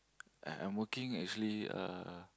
I am working actually uh